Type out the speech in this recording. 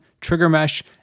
TriggerMesh